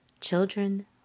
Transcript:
children